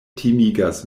timigas